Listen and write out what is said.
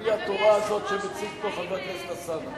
על-פי התורה הזאת, שמציג פה חבר הכנסת אלסאנע.